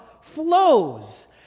flows